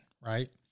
right